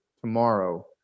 tomorrow